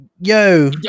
Yo